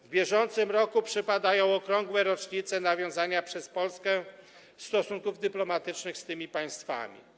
W bieżącym roku przypadają okrągłe rocznice nawiązania przez Polskę stosunków dyplomatycznych z tymi państwami.